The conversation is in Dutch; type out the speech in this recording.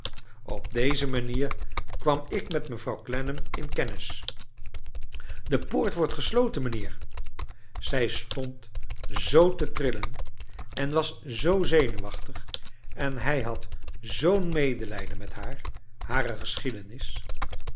op deze manier kwam ik met mevrouw clennam in kennis de poort wordt gesloten mijnheer zij stond zoo te trillen en was zoo zenuwachtig en hij had zoo'n medelijden met haar hare geschiedenis